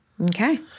Okay